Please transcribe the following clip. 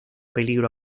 peligro